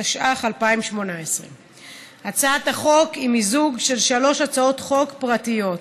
התשע"ח 2018. הצעת החוק היא מיזוג של שלוש הצעות חוק פרטיות,